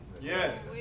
Yes